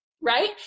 Right